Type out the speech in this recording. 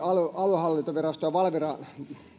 aluehallintoviraston ja valviran